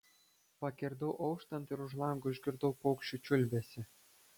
pakirdau auštant ir už lango išgirdau paukščių čiulbesį